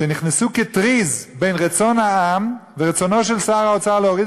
נכנסו כטריז בין רצון העם ורצונו של שר האוצר להוריד